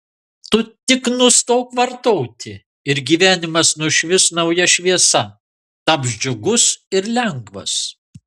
tu tik nustok vartoti ir gyvenimas nušvis nauja šviesa taps džiugus ir lengvas